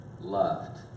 loved